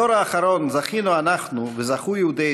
בדור האחרון זכינו אנחנו וזכו יהודי